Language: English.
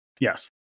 yes